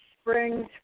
springs